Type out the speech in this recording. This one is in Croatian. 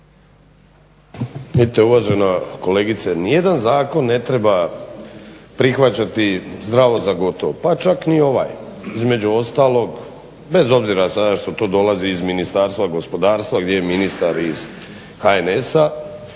uvažena kolegice, ni jedan zakon ne treba prihvaćati zdravo za gotovo, pa čak ni ovaj. Između ostalog, bez obzira sada što to dolazi iz Ministarstva gospodarstva gdje je ministar iz HNS-a,